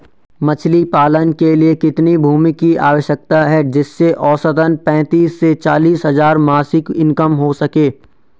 मछली पालन के लिए कितनी भूमि की आवश्यकता है जिससे औसतन पैंतीस से चालीस हज़ार मासिक इनकम हो सके?